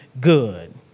good